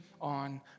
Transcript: on